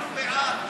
אנחנו בעד.